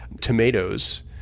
Tomatoes